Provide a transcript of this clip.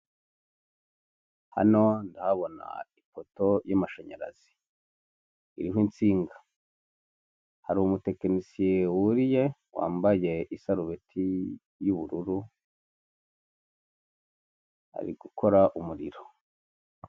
Hano ndahabona ipoto y'amashanyarazi ,iriho insinga, hari umutekinisiye wuriye wambaye isarubeti y'ubururu, ari gukora umuriro.